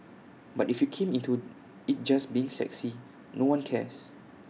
but if you come into IT just being sexy no one cares